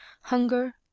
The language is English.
hunger